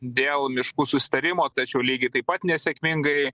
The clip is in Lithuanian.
dėl miškų susitarimo tačiau lygiai taip pat nesėkmingai